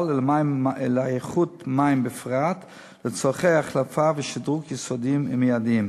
ולאיכות מים בפרט לצורכי החלפה ושדרוג יסודיים ומיידיים.